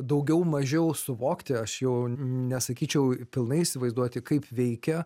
daugiau mažiau suvokti aš jau nesakyčiau pilnai įsivaizduoti kaip veikia